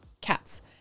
cats